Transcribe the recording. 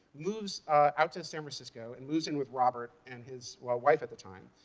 moves out to san francisco, and moves in with robert and his, well, wife at the time.